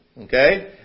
Okay